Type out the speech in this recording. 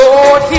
Lord